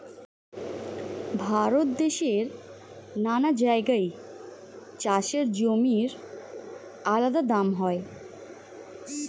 ভারত দেশের নানা জায়গায় চাষের জমির আলাদা দাম হয়